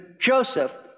Joseph